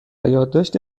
یادداشتی